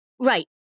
Right